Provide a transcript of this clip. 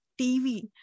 TV